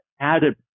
added